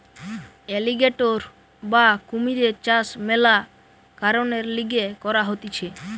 alligator বা কুমিরের চাষ মেলা কারণের লিগে করা হতিছে